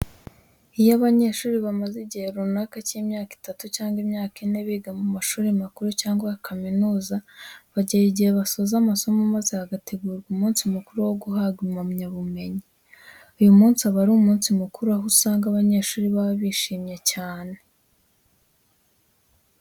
Iyo abanyeshuri bamaze igihe runaka nk'imyaka itatu cyangwa imyaka ine biga mu mashuri makuru cyangwa kaminuza bagera igihe basoza amasomo maze hagategurwa umunsi mukuru wo guhabwa impamyabumenyi. Uyu munsi uba ari umunsi mukuru aho usanga abanyeshuri baba bishimye cyane.